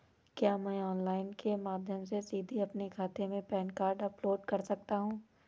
क्या मैं ऑनलाइन के माध्यम से सीधे अपने खाते में पैन कार्ड अपलोड कर सकता हूँ?